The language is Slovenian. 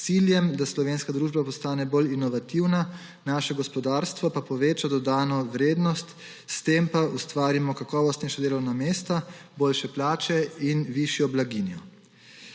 s ciljem, da slovenska družba postane bolj inovativna, naše gospodarstvo pa poveča dodano vrednost, s tem pa ustvarimo kakovostnejša delovna mesta, boljše plače in višjo blaginjo.